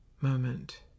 moment